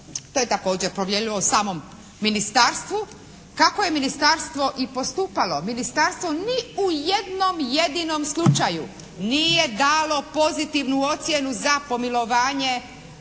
to je također provjerljivo u samom Ministarstvu, kako je Ministarstvo i postupalo. Ministarstvo ni u jednom jedinom slučaju nije dalo pozitivnu ocjenu za pomilovanje